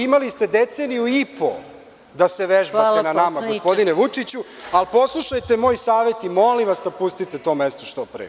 Imali ste deceniju i po da se vežbate na nama gospodine Vučiću, ali poslušajte moj savet i molim vas napustite to mesto što pre.